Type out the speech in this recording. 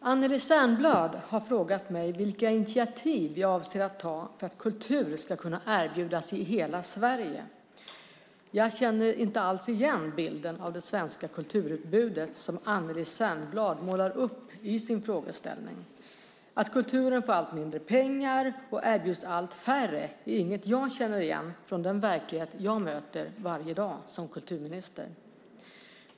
Anneli Särnblad har frågat mig vilka initiativ jag avser att ta för att kultur ska kunna erbjudas i hela Sverige. Jag känner inte alls igen bilden av det svenska kulturutbudet som Anneli Särnblad målar upp i sin frågeställning. Att kulturen får allt mindre pengar och erbjuds allt färre är inget som jag känner igen från den verklighet jag möter varje dag som kulturminister.